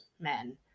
men